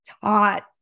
taught